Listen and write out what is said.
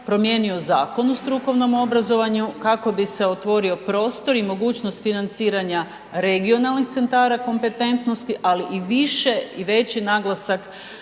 promijenio Zakon o strukovnom obrazovanju kako bi se otvorio prostor i mogućnost financiranja regionalnih centara kompetentnosti, ali i više i veći naglasak